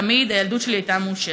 תמיד הילדות שלי הייתה מאושרת,